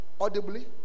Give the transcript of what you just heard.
audibly